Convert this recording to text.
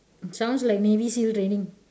sounds like maybe still raining